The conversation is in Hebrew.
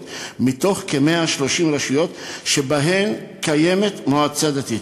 מתוך כ-130 רשויות שבהן קיימת מועצה דתית.